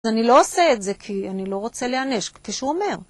אז אני לא עושה את זה כי אני לא רוצה להיענש, כפי שהוא אומר.